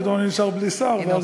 פתאום אני נשאר בלי שר.